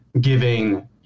giving